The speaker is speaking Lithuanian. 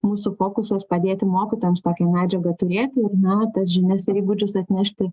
mūsų fokusas padėti mokytojams tokią medžiagą turėti ir na tas žinias ir įgūdžius atnešti